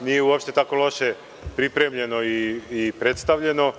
nije uopšte tako loše pripremljeno i predstavljeno.